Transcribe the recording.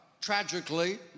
tragically